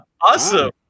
awesome